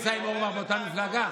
אני לא נמצא עם אורבך באותה מפלגה.